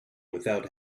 without